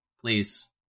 please